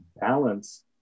balance